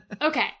Okay